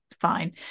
Fine